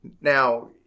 Now